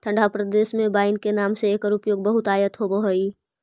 ठण्ढा प्रदेश में वाइन के नाम से एकर उपयोग बहुतायत होवऽ हइ